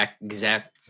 exact